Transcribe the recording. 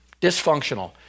Dysfunctional